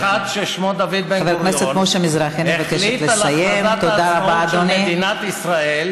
איש אחד ששמו דוד בן-גוריון החליט על הכרזת העצמאות של מדינת ישראל,